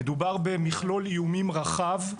מדובר במכלול איומים רחב,